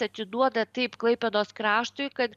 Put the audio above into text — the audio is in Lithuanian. atiduoda taip klaipėdos kraštui kad